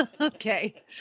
Okay